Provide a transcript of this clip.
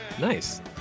nice